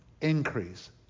increase